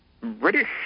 British